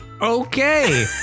Okay